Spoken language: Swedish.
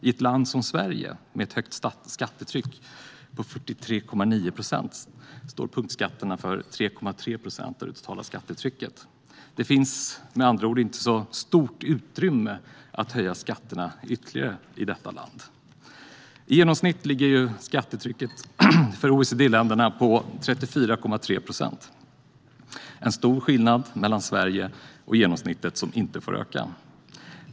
I ett land som Sverige med ett högt skattetryck på 43,9 procent står punktskatterna för 3,3 procent av det totala skattetrycket. Det finns med andra ord inte så stort utrymme att höja skatterna ytterligare i detta land. I genomsnitt ligger skattetrycket för OECD-länderna på 34,3 procent. Det är alltså stor skillnad mellan Sverige och genomsnittet, och den får inte öka.